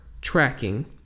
tracking